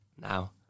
now